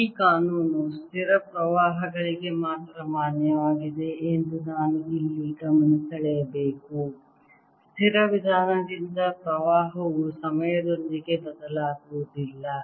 ಈ ಕಾನೂನು ಸ್ಥಿರ ಪ್ರವಾಹಗಳಿಗೆ ಮಾತ್ರ ಮಾನ್ಯವಾಗಿದೆ ಎಂದು ನಾನು ಇಲ್ಲಿ ಗಮನಸೆಳೆಯಬೇಕು ಸ್ಥಿರ ವಿಧಾನದಿಂದ ಪ್ರವಾಹವು ಸಮಯದೊಂದಿಗೆ ಬದಲಾಗುವುದಿಲ್ಲ